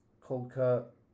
cold-cut